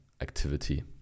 activity